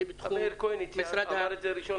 מאיר כהן אמר את זה ראשון.